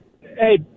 hey